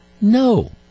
no